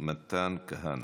מתן כהנא.